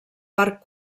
part